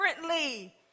differently